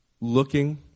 looking